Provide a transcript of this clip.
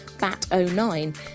BAT-09